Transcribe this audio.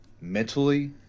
mentally